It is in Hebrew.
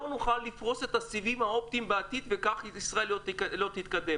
לא נוכל לפרוס את הסיבים האופטיים בעתיד וכך ישראל לא תתקדם.